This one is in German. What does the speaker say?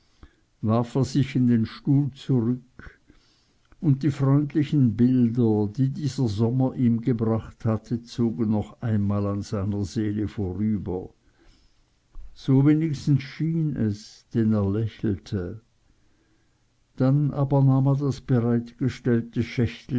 er sich in den stuhl zurück und die freundlichen bilder die dieser sommer ihm gebracht hatte zogen noch einmal an seiner seele vorüber so wenigstens schien es denn er lächelte dann aber nahm er das bereitgestellte